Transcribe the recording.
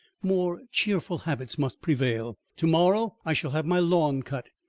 more cheerful habits must prevail. to-morrow i shall have my lawn cut,